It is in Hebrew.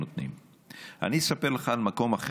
לבין מה שהם נותנים.